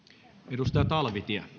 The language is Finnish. arvoisa puhemies